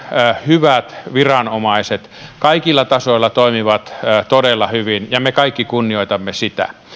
hyvät viranomaiset kaikilla tasoilla toimivat todella hyvin me kaikki kunnioitamme sitä